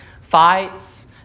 fights